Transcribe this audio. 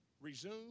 resume